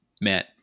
Matt